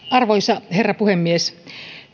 arvoisa herra puhemies